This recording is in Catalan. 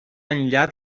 enllà